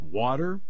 water